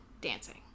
dancing